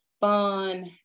fun